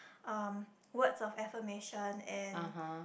um words of affirmation and